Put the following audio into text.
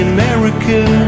American